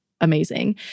amazing